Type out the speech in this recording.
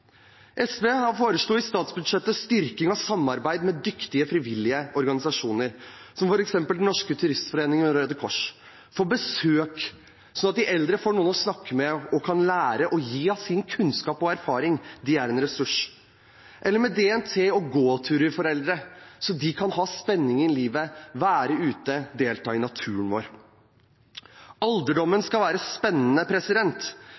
SV foreslo i statsbudsjettet en styrking av samarbeidet med dyktige frivillige organisasjoner, f.eks. Den Norske Turistforening og Røde Kors, at de kan gå på besøk, slik at de eldre får noen å snakke med, får lære – og får gi av sin kunnskap og erfaring. De er en ressurs. Eller at DNT arrangerer gåturer for eldre, så de kan ha spenning i livet, være ute, delta i naturen vår.